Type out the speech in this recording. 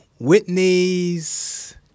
Whitney's